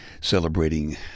celebrating